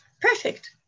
perfect